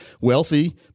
wealthy